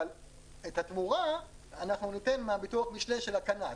אבל את התמורה אנחנו ניתן מהביטוח משנה של הקנט.